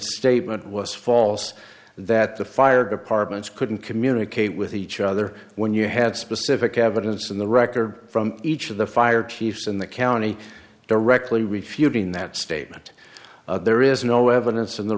statement was false that the fire departments couldn't communicate with each other when you had specific evidence in the record from each of the fire chiefs in the county directly refuting that statement there is no evidence in the